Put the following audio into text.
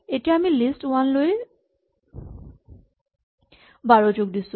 এতিয়া আমি list one লৈ ১২ যোগ দিছো